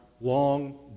long